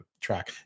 track